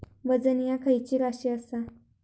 वजन ह्या खैची राशी असा?